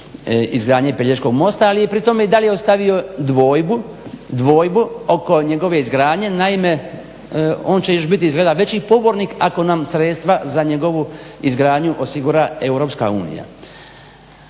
izgradnje Pelješkog mosta ali je pri tome i dalje ostavio dvojbu oko njegove izgradnje. Naime, on će još biti izgleda veći pobornik ako nam sredstva za njegovu izgradnju osigura EU.